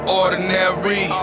ordinary